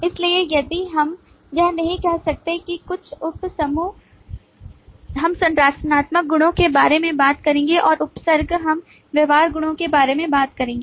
इसलिए यदि हम यह नहीं कह सकते हैं कि कुछ उपसमूह हम संरचनात्मक गुणों के बारे में बात करेंगे और उपसर्ग हम व्यवहार गुणों के बारे में बात करेंगे